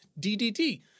DDT